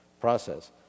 process